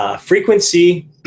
Frequency